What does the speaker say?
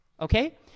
okay